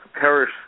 parish